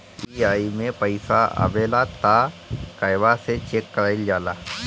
UPI मे पइसा आबेला त कहवा से चेक कईल जाला?